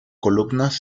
columnas